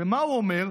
מה הוא אומר?